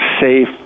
safe